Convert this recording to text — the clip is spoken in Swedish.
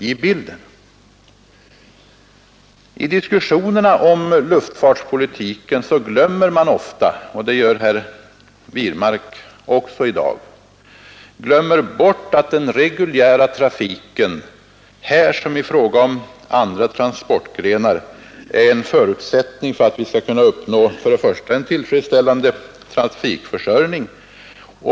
I diskussionerna om luftfartspolitiken glömmer man ofta, och det gör herr Wirmark också i dag, att den reguljära trafiken här som i fråga om andra transportgrenar är en första förutsättning för att vi skall kunna uppnå en tillfredsställande trafikförsörjning.